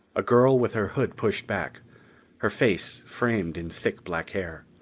a girl with her hood pushed back her face framed in thick black hair.